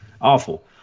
Awful